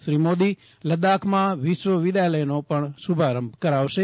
શ્રી મોદી લદાખમાં વિશ્વ વિધાલયનો શુભારંભ કરશે